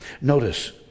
Notice